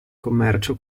commercio